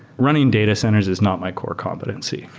running data centers is not my core competency.